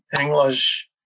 English